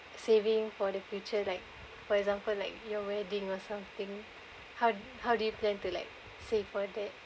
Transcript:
saving for the future like for example like your wedding or something how how do you plan to like save for that